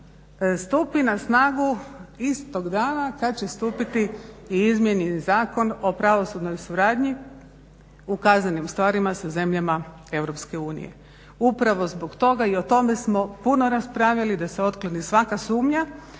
stupi na snagu istog dana kad će stupiti i izmijenjeni zakon o pravosudnoj suradnji u kaznenim stvarima sa zemljama Europske unije. Upravo zbog toga i o tome smo puno raspravljali da se otkloni svaka sumnja